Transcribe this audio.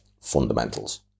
fundamentals